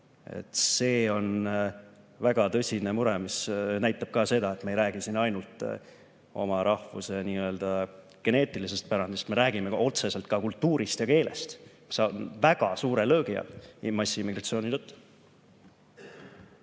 See on väga tõsine mure, mis näitab ka seda, et me ei räägi siin ainult oma rahvuse nii-öelda geneetilisest pärandist, vaid me räägime otseselt ka kultuurist ja keelest, mis on väga suure löögi all massiimmigratsiooni tõttu.